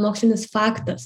mokslinis faktas